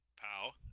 pow